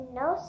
no